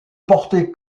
porter